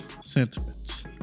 sentiments